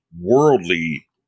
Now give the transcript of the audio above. worldly